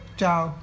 Ciao